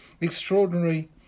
extraordinary